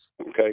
Okay